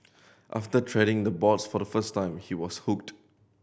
after treading the boards for the first time he was hooked